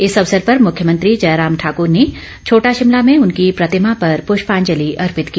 इस अवसर पर मुख्यमंत्री जयराम ठाकूर ने छोटा शिमला में उनकी प्रतिमा पर पुष्पांजलि अर्पित की